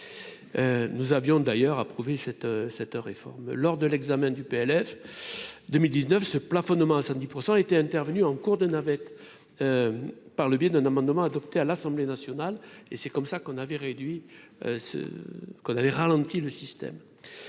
nous avions d'ailleurs approuvé cette cette réforme lors de l'examen du PLF 2019 ce plafonnement à samedi pour % était intervenue en cours de navette par le biais d'un amendement adopté à l'Assemblée nationale et c'est comme ça qu'on avait réduit ce qu'on